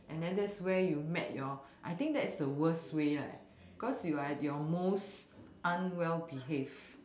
and then that's where you met your I think that's the worst way right cause you are at your most unwell behaved